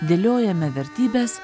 dėliojame vertybes